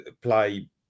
play